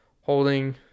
holding